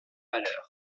valeur